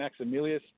Maximilius